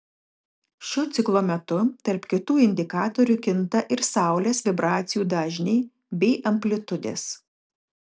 šio ciklo metu tarp kitų indikatorių kinta ir saulės vibracijų dažniai bei amplitudės